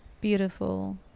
beautiful